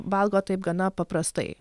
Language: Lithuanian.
valgo taip gana paprastai